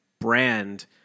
brand